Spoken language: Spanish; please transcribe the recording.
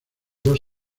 dos